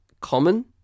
Common